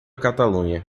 catalunha